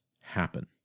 happen